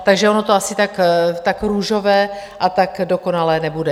Takže ono to asi tak růžové a tak dokonalé nebude.